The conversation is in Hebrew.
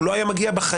הוא לא היה מגיע בחיים.